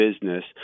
business